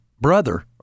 brother